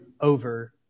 over